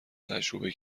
تجربه